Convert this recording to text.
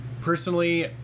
personally